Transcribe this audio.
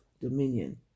dominion